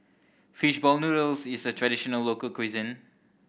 fish ball noodles is a traditional local cuisine